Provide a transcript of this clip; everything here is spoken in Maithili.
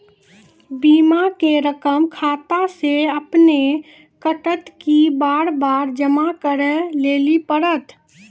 बीमा के रकम खाता से अपने कटत कि बार बार जमा करे लेली पड़त?